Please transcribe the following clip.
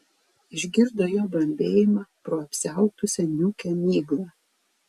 išgirdo jo bambėjimą pro apsiautusią niūkią miglą